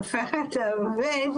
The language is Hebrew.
הופך את העובד